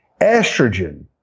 Estrogen